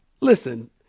Listen